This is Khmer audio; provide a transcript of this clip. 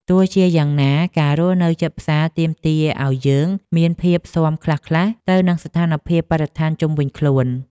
ទោះជាយ៉ាងណាការរស់នៅជិតផ្សារទាមទារឱ្យយើងមានភាពស៊ាំខ្លះៗទៅនឹងស្ថានភាពបរិស្ថានជុំវិញខ្លួន។